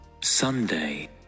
Sunday